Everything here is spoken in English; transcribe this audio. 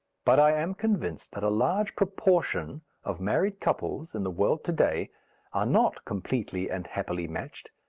but i am convinced that a large proportion of married couples in the world to-day are not completely and happily matched,